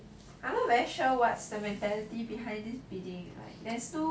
I'm not very sure what's the mentality behind this bidding but it's so